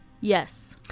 Yes